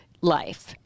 life